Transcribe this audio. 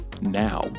now